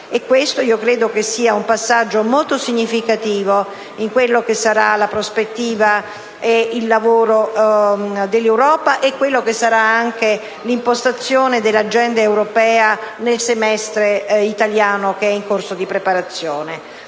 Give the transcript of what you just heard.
questo sia un passaggio molto significativo della prospettiva e del lavoro dell'Europa, nonché di quella che sarà l'impostazione dell'agenda europea nel semestre italiano, che è in corso di preparazione.